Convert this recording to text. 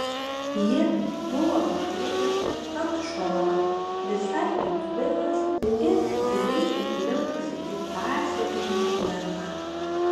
ji buvo nukritusi ant šono visai kaip vilas ir giliai įklimpusi į tąsią grybieną